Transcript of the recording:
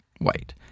white